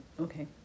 Okay